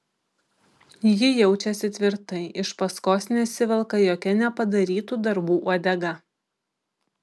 ji jaučiasi tvirtai iš paskos nesivelka jokia nepadarytų darbų uodega